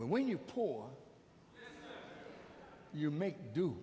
but when you poor you make do